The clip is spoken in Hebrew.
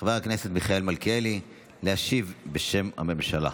חבר הכנסת מיכאל מלכיאלי להשיב בשם הממשלה.